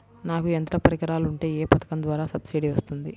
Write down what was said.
నాకు యంత్ర పరికరాలు ఉంటే ఏ పథకం ద్వారా సబ్సిడీ వస్తుంది?